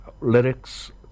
lyrics